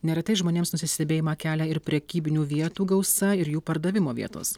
neretai žmonėms nusistebėjimą kelia ir prekybinių vietų gausa ir jų pardavimo vietos